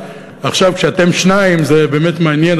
עכשיו כשאתם שניים זה באמת מעניין.